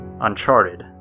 Uncharted